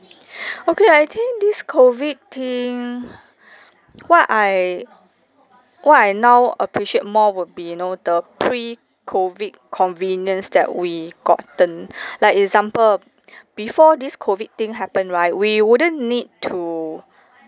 okay I think this COVID thing what I what I now appreciate more would be you know the pre-COVID convenience that we gotten like example before this COVID thing happen right we wouldn't need to